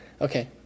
Okay